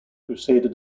crusader